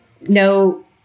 no